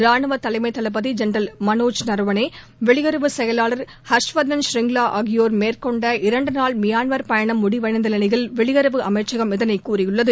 ராணுவ தலைமை தளபதி ஜென்ரல் மனோஜ் நரவானே வெளியுறவு செயலாளர் ஹர்ஷ்வர்தன் ஷ்ரிங்லா ஆகியோர் மேற்கொண்ட இரண்டு நாள் மியான்மர் பயணம் முடிவடைந்த நிலையில் வெளியுறவு அமைச்சகம் இதனை தெரிவித்துள்ளது